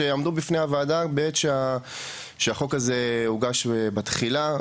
שעמדו בפני הוועדה בעת שהחוק הזה הוגש בתחילה.